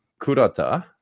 Kurata